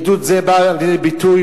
עידוד זה בא לידי ביטוי,